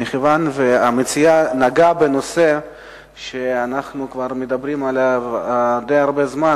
שמכיוון שהמציעה נגעה בנושא שאנחנו כבר מדברים עליו די הרבה זמן,